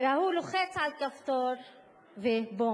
וההוא לוחץ על כפתור ובום,